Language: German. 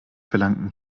verlangten